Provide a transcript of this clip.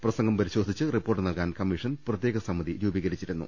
പ്രസംഗം പരിശോധിച്ച് റിപ്പോർട്ട് നൽകാൻ കമ്മീഷൻ പ്രത്യേക സമിതി രൂപീകരിച്ചിരുന്നു